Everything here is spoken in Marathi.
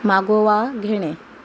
मागोवा घेणे